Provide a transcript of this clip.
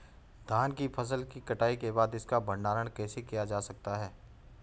धान की फसल की कटाई के बाद इसका भंडारण कैसे किया जा सकता है?